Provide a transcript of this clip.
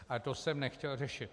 Ale to jsem nechtěl řešit.